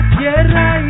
Tierra